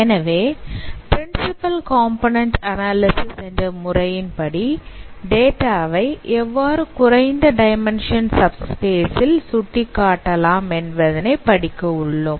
எனவே principal component analysis என்ற முறையின்படி டேட்டாவை எவ்வாறு குறைந்த டைமென்ஷன் சப் ஸ்பேஸ் இல் சுட்டிக்காட்டலாம் என்பதை படிக்க உள்ளோம்